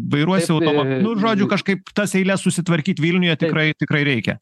vairuosi automo nu žodžiu kažkaip tas eiles susitvarkyt vilniuje tikrai tikrai reikia